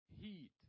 heat